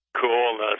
Coolness